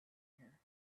here